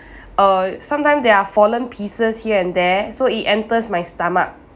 err some time there are fallen pieces here and there so it enters my stomach